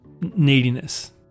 neediness